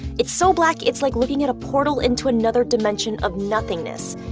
it's so black, it's like looking at a portal into another dimension of nothingness.